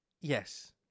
Yes